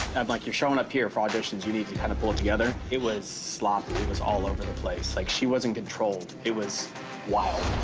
i'm like, you're showing up here for auditions, you need to kind of pull it together. it was sloppy, it was all over the place, like she wasn't controlled, it was wild.